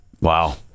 Wow